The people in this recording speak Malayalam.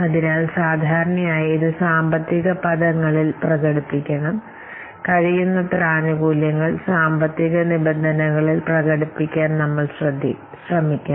അതിനാൽ സാധാരണയായി ഇത് സാമ്പത്തിക പദങ്ങളിൽ പ്രകടിപ്പിക്കണം കഴിയുന്നത്ര ആനുകൂല്യങ്ങൾ സാമ്പത്തിക നിബന്ധനകളിൽ പ്രകടിപ്പിക്കാൻ നമ്മൾ ശ്രമിക്കണം